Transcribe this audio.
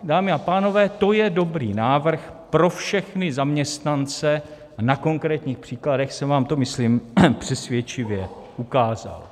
Dámy a pánové, to je dobrý návrh pro všechny zaměstnance a na konkrétních příkladech jsem vám to myslím přesvědčivě ukázal.